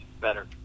better